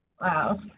Wow